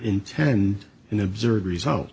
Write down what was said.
intend and observe result